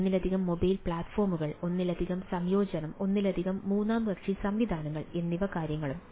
ഒന്നിലധികം മൊബൈൽ പ്ലാറ്റ്ഫോമുകൾ ഒന്നിലധികം സംയോജനം ഒന്നിലധികം മൂന്നാം കക്ഷി സംവിധാനങ്ങൾ എന്നീ കാര്യങ്ങളും